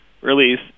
release